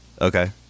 okay